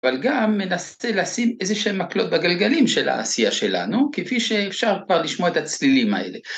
אבל גם מנסה לשים איזה שהם מקלות בגלגלים של העשייה שלנו כפי שאפשר כבר לשמוע את הצלילים האלה.